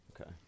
Okay